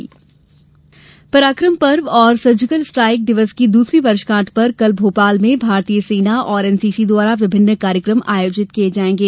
पराकम पर्व पराकम पर्व और surgical strike दिवस की दूसरी वर्षगांठ पर कल भोपाल में भारतीय सेना और एनसीसी द्वारा विभिन्न कार्यकम आयोजित किये जायेंगे